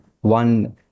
one